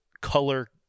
color